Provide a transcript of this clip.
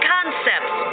Concepts